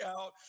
out